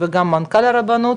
וגם מנכ"ל הרבנות,